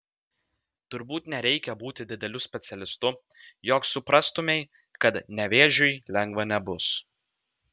turbūt nereikia būti dideliu specialistu jog suprastumei kad nevėžiui lengva nebus